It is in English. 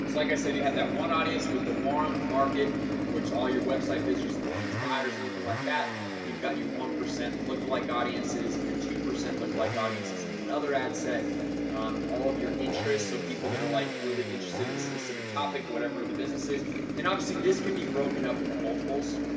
so like i said, you have that one audience with the warm market which all your website visitors leads buyers anything like that they've got your one percent lookalike audiences your two percent look like audiences and another ad set um all of your interests so people that are like really interested in a specific topic whatever the business is and obviously this can be broken up into multiples.